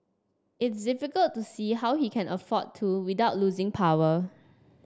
it's difficult to see how he can afford to without losing power